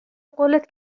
قولت